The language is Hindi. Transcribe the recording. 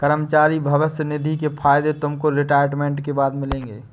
कर्मचारी भविष्य निधि के फायदे तुमको रिटायरमेंट के बाद मिलेंगे